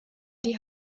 die